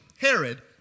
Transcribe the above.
Herod